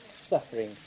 Suffering